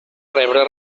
rebre